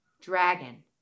dragon